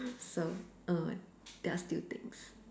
so err there are still things